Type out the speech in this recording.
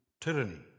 tyranny